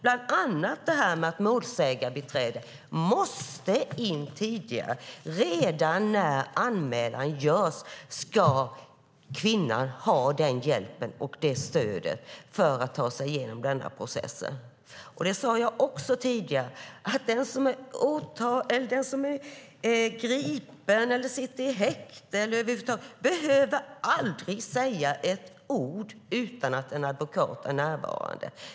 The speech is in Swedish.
Det gäller bland annat att målsägandebiträde måste in tidigare. Redan när anmälan görs ska kvinnan ha den hjälpen och det stödet för att ta sig igenom denna process. Jag sade också tidigare att den som är gripen eller sitter i häkte aldrig behöver säga ett ord utan att en advokat är närvarande.